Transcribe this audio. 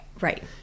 right